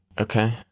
okay